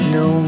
no